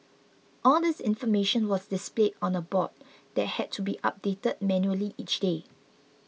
all this information was displayed on a board that had to be updated manually each day